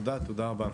תודה רבה.